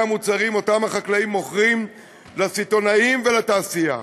המוצרים שאותם החקלאים מוכרים לסיטונאים ולתעשייה.